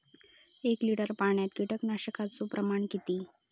एक लिटर पाणयात कीटकनाशकाचो प्रमाण किती?